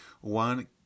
one